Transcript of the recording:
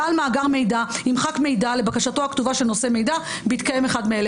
בעל מאגר מידע ימחק מידע לבקשתו הכתובה של נושא מידע בהתקיים אחד מאלה,